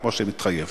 כמו שמתחייב.